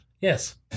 Yes